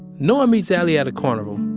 noah meets allie at a carnival,